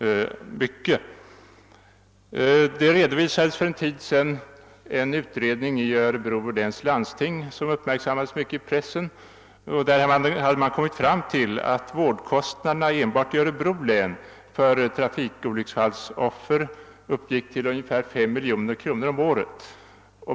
För en tid sedan redovisades en utredning som företagits inom Örebro läns landsting och som uppmärksammades mycket i pressen. Man hade kommit fram till att vårdkostnaderna enbart i Örebro län för trafikolycksfallsoffer uppgick till ungefär 5 miljoner kronor om året.